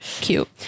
Cute